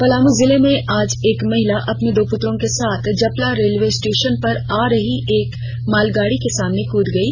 पलामू जिले में आज एक महिला अपने दो पुत्रों के साथ जपला रेलवे स्टेशन पर आ रही एक मालगाड़ी के सामने कूद गयी